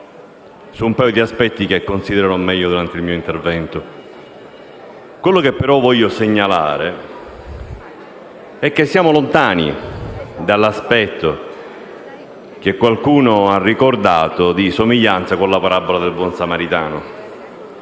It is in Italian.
su un paio di aspetti che considererò meglio nel seguito. Ciò che però voglio segnalare è che siamo lontani dall'aspetto, che qualcuno invece ha ricordato, di somiglianza con la parabola del buon samaritano.